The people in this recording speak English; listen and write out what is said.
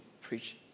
preach